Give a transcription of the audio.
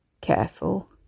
Careful